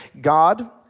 God